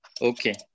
Okay